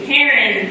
Karen